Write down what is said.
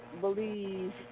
believe